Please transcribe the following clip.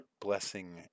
blessing